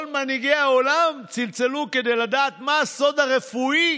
כל מנהיגי העולם צלצלו כדי לדעת מה הסוד הרפואי